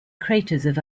craters